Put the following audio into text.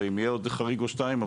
ואם יהיה עוד חריג או שתיים,